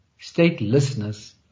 statelessness